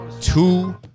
two